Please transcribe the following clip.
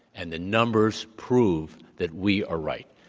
and the numbers prove that we are right.